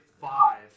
five